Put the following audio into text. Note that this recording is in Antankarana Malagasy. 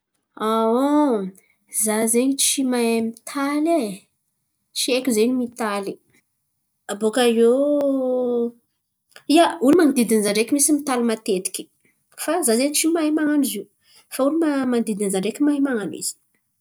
Za zen̈y tsy mahay mitaly e. Tsy haiko zen̈y mitaly. Abôkaiô ia, olo man̈odidin̈y za ndreky misy mitaly matetiky fa za zen̈y tsy mahay man̈ano zio fa olo man̈odidin̈y za ndreky mahay man̈ano izy.